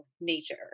nature